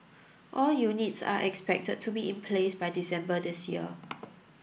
all units are expected to be in place by December this year